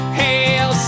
hail